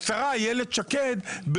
השרה איילת שקד,